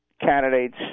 candidates